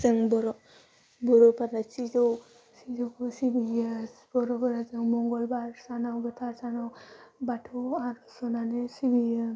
जोङो बर' सिजौ सिजियो फुजौखौ बर'फोरा मंगलबार सानाव गोथार सानाव बाथौआव आरज होनानै सिबियो